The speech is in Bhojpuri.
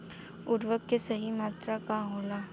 उर्वरक के सही मात्रा का होला?